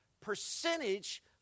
percentage